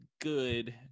good